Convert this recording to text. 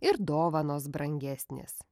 ir dovanos brangesnės